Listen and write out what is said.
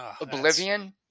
Oblivion